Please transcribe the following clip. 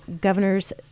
governor's